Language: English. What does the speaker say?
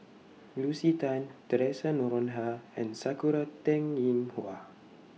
Lucy Tan Theresa Noronha and Sakura Teng Ying Hua